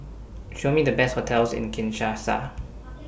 Show Me The Best hotels in Kinshasa